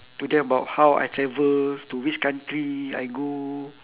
to them about how I travel to which country I go